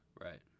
Right